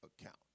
account